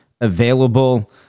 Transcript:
available